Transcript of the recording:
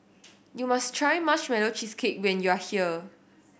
you must try Marshmallow Cheesecake when you are here